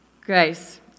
Grace